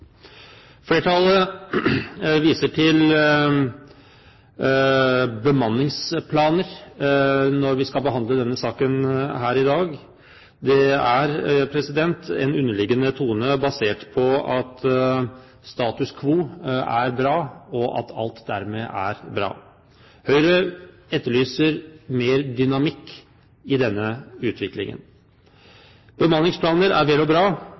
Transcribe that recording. Flertallet viser til bemanningsplaner når vi skal behandle denne saken her i dag. Det er en underliggende tone basert på at status quo er bra, og at alt dermed er bra. Høyre etterlyser mer dynamikk i denne utviklingen. Bemanningsplaner er vel og bra,